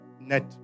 net